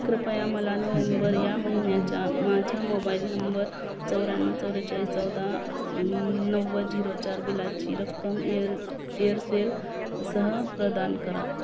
कृपया मला नोव्हेंबर या महिन्याच्या माझ्या मोबाईल नंबर चौऱ्याण्णव चव्वेचाळीस चौदा नव्वद झिरो चार बिलाची रक्कम एअर एअरसेल सह प्रदान करा